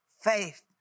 faith